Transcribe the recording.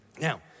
Now